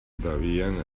debian